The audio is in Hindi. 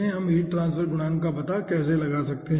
हम हीट ट्रांसफर गुणांक का पता कैसे लगा सकते हैं